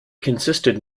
consisted